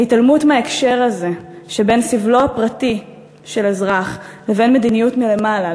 ההתעלמות מההקשר הזה שבין סבלו הפרטי של אזרח לבין מדיניות מלמעלה,